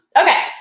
Okay